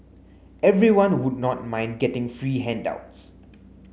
everyone would not mind getting free handouts